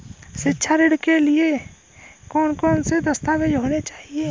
शिक्षा ऋण के लिए कौन कौन से दस्तावेज होने चाहिए?